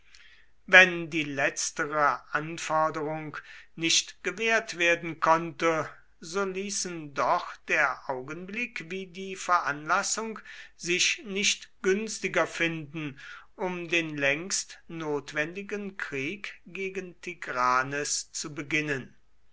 wenn die letztere anforderung nicht gewährt werden konnte so ließen doch der augenblick wie die veranlassung sich nicht günstiger finden um den längst notwendigen krieg gegen tigranes zu beginnen